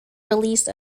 released